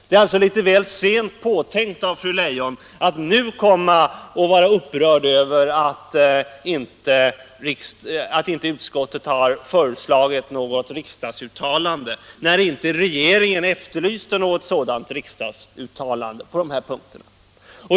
Det är alltså litet väl sent påtänkt av fru Leijon att nu vara upprörd över att inte utskottet har föreslagit något riksdagsuttalande, när inte regeringen efterlyste något sådant på de här punkterna.